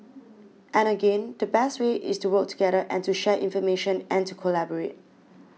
and again the best way is to work together and to share information and to collaborate